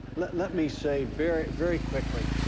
let let me say very, very quickly,